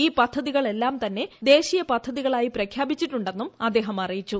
ഈ പദ്ധതികളെല്ലാം തന്നെ ദേശീയ പദ്ധതികളായി പ്രഖ്യാപിച്ചിട്ടുണ്ടെന്നും അദ്ദേഹം അറിയിച്ചു